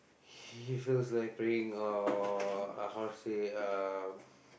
he feels like praying or uh how to say uh